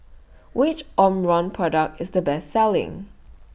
Which Omron Product IS The Best Selling